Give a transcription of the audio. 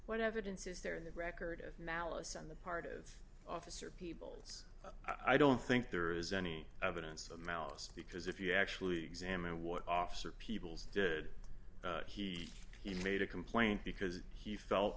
what evidence is there in the record of malice on the part of officer peoples i don't think there is any evidence of malice because if you actually examine what officer peoples did he he made a complaint because he felt